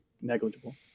negligible